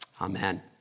Amen